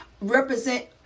represent